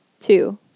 Two